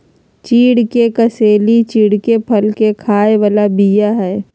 चिढ़ के कसेली चिढ़के फल के खाय बला बीया हई